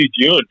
June